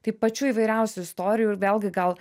tai pačių įvairiausių istorijų ir vėlgi gal